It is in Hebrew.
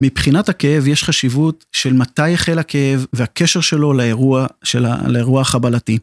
מבחינת הכאב יש חשיבות של מתי החל הכאב והקשר שלו לאירוע החבלתי.